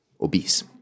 obese